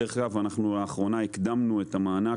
דרך אגב, לאחרונה אנחנו הקדמנו את המענק